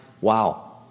Wow